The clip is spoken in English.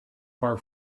far